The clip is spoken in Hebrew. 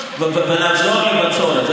נחזור לבצורת.